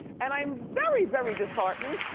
and i'm very, very disheartened